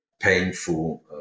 painful